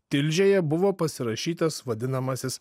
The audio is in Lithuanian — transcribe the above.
tilžėje buvo pasirašytas vadinamasis